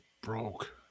broke